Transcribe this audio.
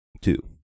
two